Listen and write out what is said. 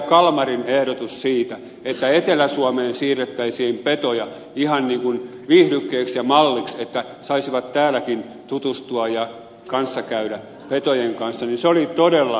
kalmarin ehdotus siitä että etelä suomeen siirrettäisiin petoja ihan ikään kuin viihdykkeeksi ja malliksi että saisivat täälläkin tutustua ja kanssakäydä petojen kanssa oli todella hyvä ehdotus